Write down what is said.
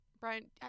Brian